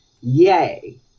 Yay